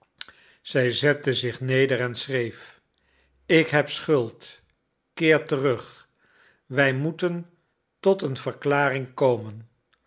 zij zette zich neder en schreef ik heb schuld keer terug wij moeten tot een verklaring komen